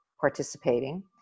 participating